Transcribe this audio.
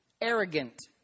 Arrogant